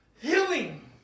healing